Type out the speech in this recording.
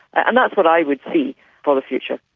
and that's what i would see for the future.